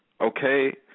Okay